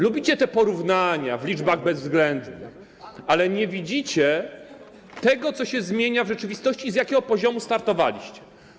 Lubicie te porównania w liczbach bezwzględnych, ale nie widzicie tego, co się zmienia w rzeczywistości i z jakiego poziomu startowaliście.